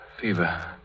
Fever